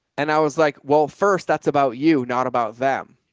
and i was like, well, first that's about you. not about them.